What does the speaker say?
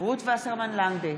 רות וסרמן לנדה,